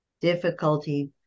difficulty